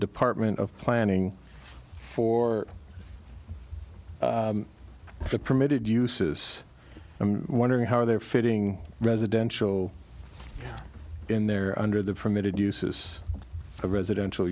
department of planning for the permitted uses and wondering how they are fitting residential in there under the permitted uses of residential